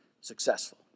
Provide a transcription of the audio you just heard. successful